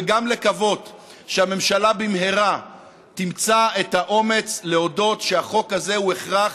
וגם לקוות שהממשלה תמצא במהרה את האומץ להודות שהחוק הזה הוא הכרח,